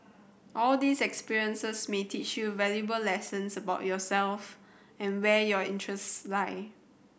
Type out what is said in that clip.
all these experiences may teach you valuable lessons about yourself and where your interests lie